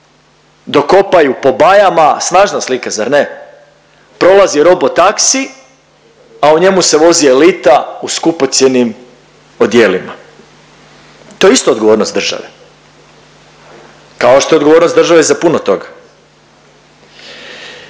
dok kopaju po bajama, snažna slika zar ne prolazi robo taksi, a u njemu se vozi elita u skupocjenim odijelima. To je isto odgovornost države, kao što je odgovornost države za puno toga.